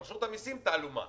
רשות המיסים תעלומה.